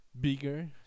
bigger